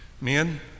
Men